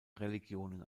religionen